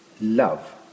love